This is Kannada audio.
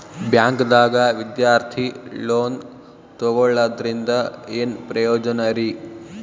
ಬ್ಯಾಂಕ್ದಾಗ ವಿದ್ಯಾರ್ಥಿ ಲೋನ್ ತೊಗೊಳದ್ರಿಂದ ಏನ್ ಪ್ರಯೋಜನ ರಿ?